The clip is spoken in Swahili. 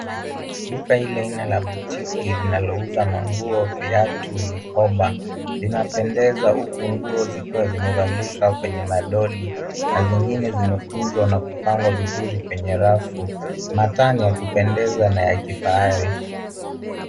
Duka hili aina la boutique linalouza manguo, viatu, mikoba inapendeza huku nguo zikiwa zimevalishwa kwenye madoli na zingine zimekunjwa na kupangwa vizuri kwenye rafu. Mataa ni ya kupendeza na ya kifahari.